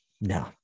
No